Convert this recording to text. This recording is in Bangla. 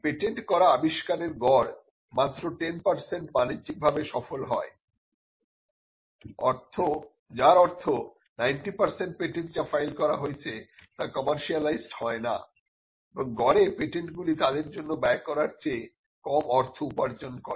পেটেন্ট করা আবিষ্কারের গড় মাত্র 10 পার্সেন্ট বাণিজ্যিকভাবে সফল হয় যার অর্থ 90 পার্সেন্ট পেটেন্ট যা ফাইল করা হয়েছে তা কমের্সিয়ালাইজড হয় না এবং গড়ে পেটেন্টগুলি তাদের জন্য ব্যয় করার চেয়ে কম অর্থ উপার্জন করে